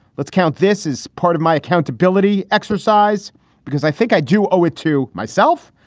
let's count. this is part of my accountability exercise because i think i do owe it to myself,